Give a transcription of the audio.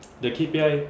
the K_P_I